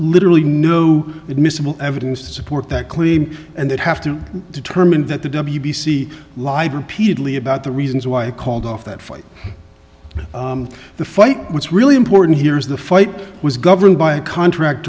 literally no admissable evidence to support that claim and they'd have to determine that the w b c live repeatedly about the reasons why it called off that fight the fight what's really important here is the fight was governed by a contract